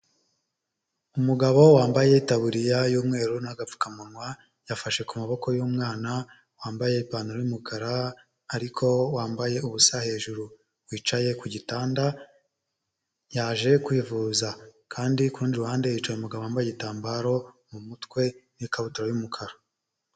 Umugabo wambaye itaburiya y'umweru n'agapfukamunwa, yafashe ku maboko y'umwana wambaye ipantaro y'umukara, ariko wambaye ubusa hejuru, wicaye ku gitanda yaje kwivuza, kandi ku rundi ruhande hicaye umugabo wambaye igitambaro mu mutwe n'ikabutura y'umukara.